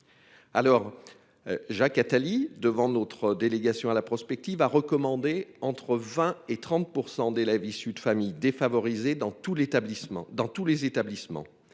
Alors. Jacques Attali, devant notre délégation à la prospective a recommandé entre 20 et 30% d'élèves issus de familles défavorisées dans tout l'établissement